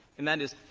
and that is,